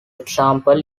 example